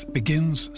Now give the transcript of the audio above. begins